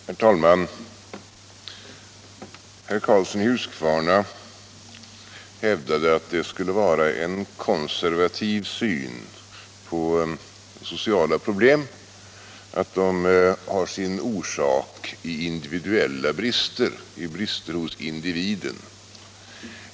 Herr talman! Herr Karlsson i Huskvarna hävdade att det skulle vara en konservativ syn på sociala problem att de har sin orsak i individuella brister, i brister hos individen.